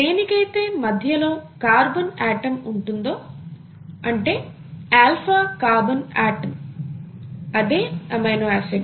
దేనికైతే మధ్యలో carbon atom ఉంటుందో అంటే ఆల్ఫా కార్బన్ ఆటమ్ అదే ఎమినో ఆసిడ్